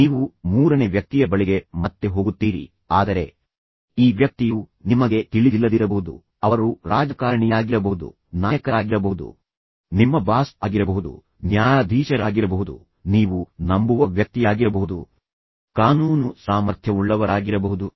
ನೀವು ಮೂರನೇ ವ್ಯಕ್ತಿಯ ಬಳಿಗೆ ಮತ್ತೆ ಹೋಗುತ್ತೀರಿ ಆದರೆ ಈ ವ್ಯಕ್ತಿಯು ನಿಮಗೆ ತಿಳಿದಿಲ್ಲದಿರಬಹುದು ಅವರು ರಾಜಕಾರಣಿಯಾಗಿರಬಹುದು ನಾಯಕರಾಗಿರಬಹುದು ನಿಮ್ಮ ಬಾಸ್ ಆಗಿರಬಹುದು ಅದು ನ್ಯಾಯಾಧೀಶರಾಗಿರಬಹುದು ನೀವು ನಂಬುವ ವ್ಯಕ್ತಿಯಾಗಿರಬಹುದು ನಿಮ್ಮ ಸಮಸ್ಯೆಯನ್ನು ಪರಿಹರಿಸುವ ಕಾನೂನು ಸಾಮರ್ಥ್ಯವುಳ್ಳವರಾಗಿರಬಹುದು